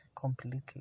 completely